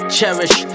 Cherish